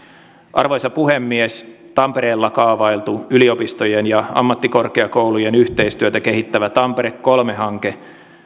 arvoisa puhemies tampereella kaavailtu yliopistojen ja ammattikorkeakoulujen yhteistyötä kehittävä tampere kolme hanke